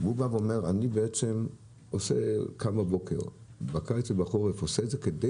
והוא אומר אני קם בבוקר בקיץ ובחורף כדי